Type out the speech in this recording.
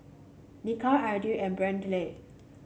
Nikia Edrie and Brantley